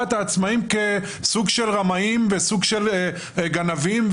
העצמאים כסוג של רמאים וכסוג של גנבים.